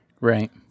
Right